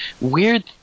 weird